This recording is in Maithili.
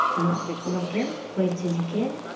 तऽ लोककेँ कोइ चीजके